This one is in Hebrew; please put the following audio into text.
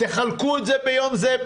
תחלקו את זה ביום זה,